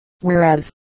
whereas